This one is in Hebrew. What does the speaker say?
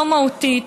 לא מהותית,